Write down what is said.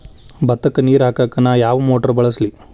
ಭತ್ತಕ್ಕ ನೇರ ಹಾಕಾಕ್ ನಾ ಯಾವ್ ಮೋಟರ್ ಬಳಸ್ಲಿ?